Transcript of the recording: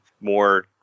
more